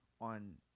on –